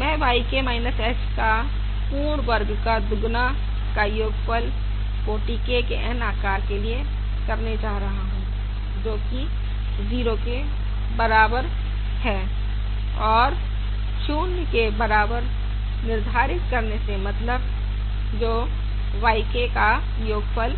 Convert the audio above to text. मैं yK h का पूर्ण वर्ग का दुगुना का योगफल कोटि K के N आकार के लिए करने जा रहा हूं जो कि 0 के बराबर है और 0 के बराबर निर्धारित करने से मतलब जो yK का योगफल